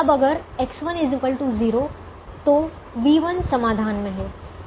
अब अगर X1 0 तो v1 समाधान में है